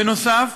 בנוסף,